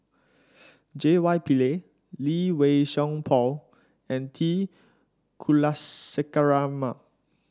J Y Pillay Lee Wei Song Paul and T Kulasekaram